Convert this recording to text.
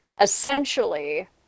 essentially